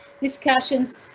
discussions